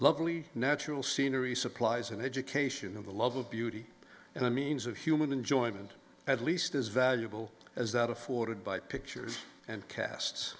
lovely natural scenery supplies and education of the love of beauty and the means of human enjoyment at least as valuable as that afforded by pictures and cast